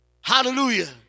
Hallelujah